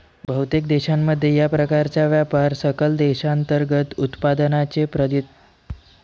बहुतेक देशांमध्ये, या प्रकारचा व्यापार सकल देशांतर्गत उत्पादनाचे प्रतिनिधित्व करतो